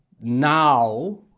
now